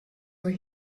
were